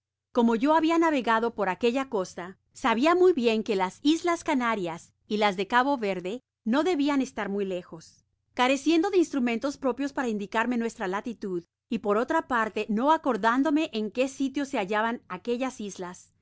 como yo había navegado por aquella costa sabia muy bien que las islas canarias y las de cabo verde no debian estar muy lejos careciendo de instrumentos propios para indicarme nuestra latitud v por otra parte no acordán dome en qué sitio se hallaban aquellas islas